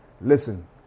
Listen